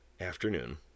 Afternoon